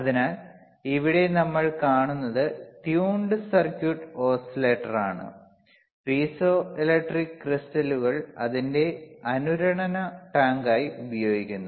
അതിനാൽ ഇവിടെ നമ്മൾ കാണുന്നത് ട്യൂണഡ് സർക്യൂട്ട് ഓസിലേറ്ററാണ് പീസോ ഇലക്ട്രിക് ക്രിസ്റ്റലുകൾ അതിന്റെ അനുരണന ടാങ്കായി ഉപയോഗിക്കുന്നു